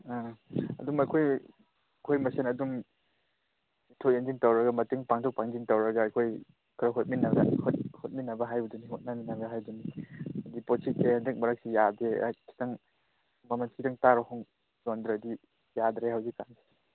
ꯑꯥ ꯑꯗꯨꯝ ꯑꯩꯈꯣꯏ ꯑꯩꯈꯣꯏ ꯃꯁꯦꯟ ꯑꯗꯨꯝ ꯌꯦꯡꯊꯣꯛ ꯌꯦꯡꯁꯤꯟ ꯇꯧꯔꯒ ꯃꯇꯦꯡ ꯄꯥꯡꯊꯣꯛ ꯄꯥꯡꯁꯤꯟ ꯇꯧꯔꯒ ꯑꯩꯈꯣꯏ ꯈꯔ ꯍꯣꯠꯃꯤꯟꯅꯕ ꯍꯣꯠꯃꯤꯟꯅꯕ ꯍꯥꯏꯕꯗꯨꯅꯤ ꯍꯣꯠꯅꯃꯤꯟꯅꯕ ꯍꯥꯏꯕꯗꯨꯅꯤ ꯑꯗꯨꯗꯤ ꯄꯣꯠꯁꯤꯠꯁꯦ ꯍꯟꯗꯛ ꯃꯔꯛꯁꯤ ꯌꯥꯗꯦ ꯈꯤꯇꯪ ꯃꯃꯜ ꯈꯤꯇꯪ ꯇꯥꯔ ꯌꯣꯟꯗ꯭ꯔꯗꯤ ꯌꯥꯗ꯭ꯔꯦ ꯍꯧꯖꯤꯛ ꯀꯥꯟꯁꯦ